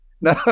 No